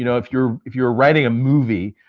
you know if you're if you're writing a movie,